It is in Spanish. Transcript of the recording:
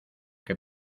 que